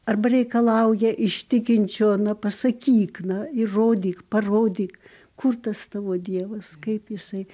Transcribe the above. arba reikalauja iš tikinčio na pasakyk na įrodyk parodyk kur tas tavo dievas kaip jisai